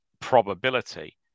probability